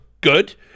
good